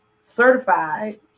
certified